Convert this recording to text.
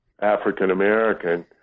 African-American